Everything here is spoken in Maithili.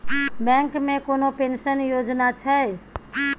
बैंक मे कोनो पेंशन योजना छै?